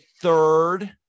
third